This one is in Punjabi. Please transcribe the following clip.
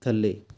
ਥੱਲੇ